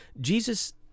Jesus